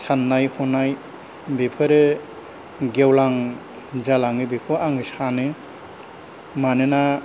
साननाय हनाय बेफोरो गेवलां जालाङो बेखौ आङो सानो मानोना